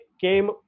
came